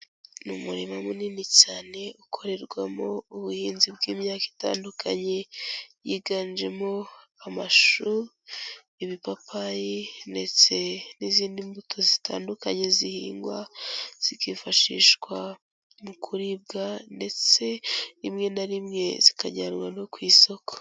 Ni umurima munini cyane ukorerwamo ubuhinzi bw'imyaka itandukanye yiganjemo amashu, ibipapayi ndetse n'izindi mbuto zitandukanye zihingwa zikifashishwa mu kuribwa ndetse rimwe na rimwe zikajyanwa no ku isoko.